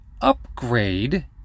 upgrade